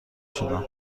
شدم